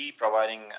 providing